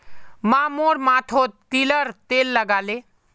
माँ मोर माथोत तिलर तेल लगाले